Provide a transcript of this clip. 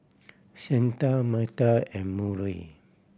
Shanta Metta and Murray